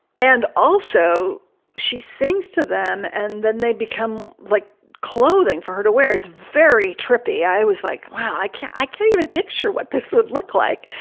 and also she sings to them and then they become like clothing for her to wear is very trippy. i was like, wow, i can't i can't you know picture what this would look like.